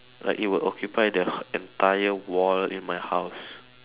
like it will occupy the h~ entire wall in my house